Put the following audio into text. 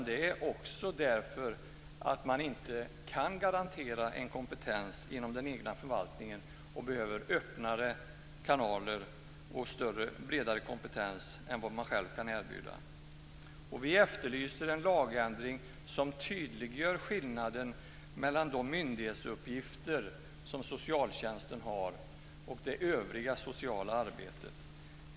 Det beror också på att man inte kan garantera en kompetens inom den egna förvaltningen och behöver öppnare kanaler och bredare kompetens än vad man själv kan erbjuda. Vi efterlyser en lagändring som tydliggör skillnaden mellan de myndighetsuppgifter som socialtjänsten har och det övriga sociala arbetet.